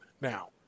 now